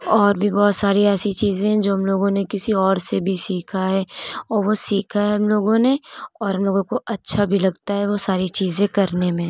اور بھی بہت ساری ایسی چیزیں ہیں جو ہم لوگوں نے کسی اور سے بھی سیکھا ہے وہ سیکھا ہے ہم لوگوں نے اور ہم لوگوں کو اچھا بھی لگتا ہے وہ ساری چیزیں کرنے میں